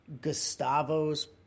Gustavo's